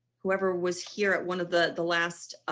whoever was here at one of the the last